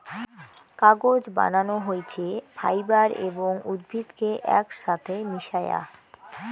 কাগজ বানানো হইছে ফাইবার এবং উদ্ভিদ কে একছাথে মিশায়া